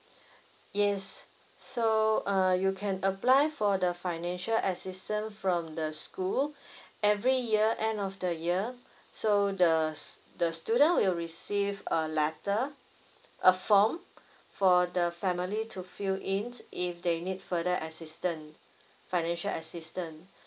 yes so uh you can apply for the financial assistance from the school every year end of the year so the the student will receive a letter a form for the family to fill in if they need further assistant financial assistance